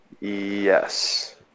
Yes